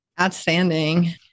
Outstanding